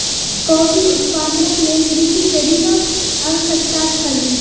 coffee उत्पादनक लेल कृषक के ऋणक आवश्यकता छल